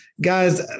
guys